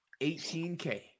18K